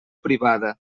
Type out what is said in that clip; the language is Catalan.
privada